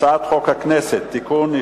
הצעת חוק הכנסת (תיקון,